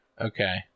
Okay